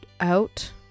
out